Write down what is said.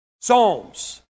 psalms